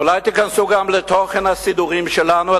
אולי תיכנסו גם לתוכן הסידורים שלנו,